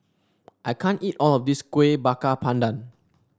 I can't eat all of this Kueh Bakar Pandan